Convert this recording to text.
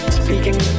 speaking